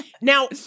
Now